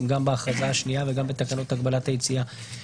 גם בהכרזה השנייה וגם בתקנות הגבלת היציאה.